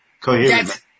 Coherence